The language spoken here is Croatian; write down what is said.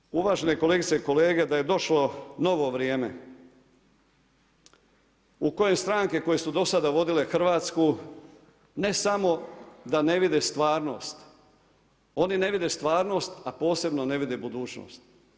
Mislim uvažene kolegice i kolege da je došlo novo vrijeme u kojem stranke koje su do sada vodile Hrvatsku ne samo da ne vide stvarnost, oni ne vide stvarnost, a posebno ne vide budućnost.